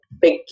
big